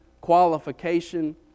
qualification